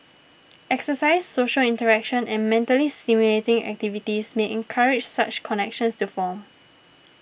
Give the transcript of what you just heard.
exercise social interaction and mentally stimulating activities may encourage such connections to form